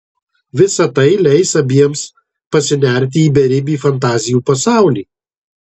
visa tai leis abiems pasinerti į beribį fantazijų pasaulį